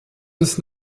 des